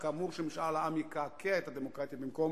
כאמור, שמשאל העם יקעקע את הדמוקרטיה במקום